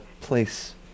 place